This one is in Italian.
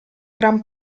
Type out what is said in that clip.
gran